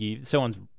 someone's